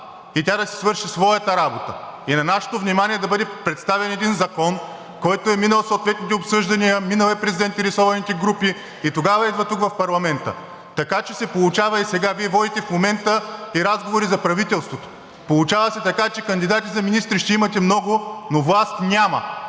и тя да си свърши своята работа и на нашето внимание да бъде представен един закон, който е минал съответните обсъждания, минал е през заинтересованите групи и тогава идва тук, в парламента. Сега Вие водите в момента и разговори за правителството. Получава се така, че кандидати за министри ще имате много, но власт няма.